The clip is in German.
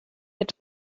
mit